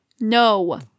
no